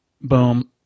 boom